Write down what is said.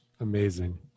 amazing